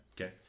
Okay